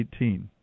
18